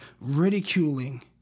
ridiculing